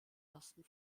ersten